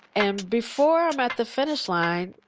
and before i'm at the finish line,